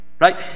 right